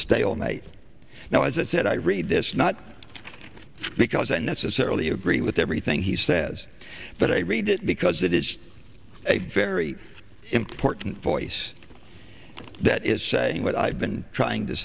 night now as it said i read this not because i necessarily agree with everything he says but i read it because it is a very important voice that is saying what i've been trying to